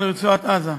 על רצועת-עזה.